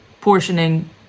portioning